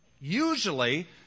Usually